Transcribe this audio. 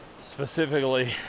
Specifically